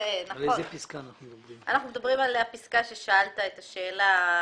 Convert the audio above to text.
גם כאן אני רוצה לומר שעל אף שהשיעורים הם משונים,